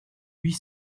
huit